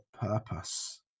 purpose